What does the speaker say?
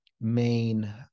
main